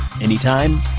anytime